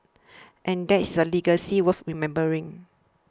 and that is a legacy worth remembering